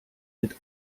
mit